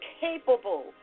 capable